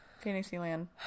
Fantasyland